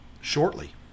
shortly